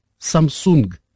Samsung